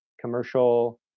commercial